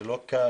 זה לא קל.